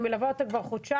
אני מלווה אותה כבר חודשיים,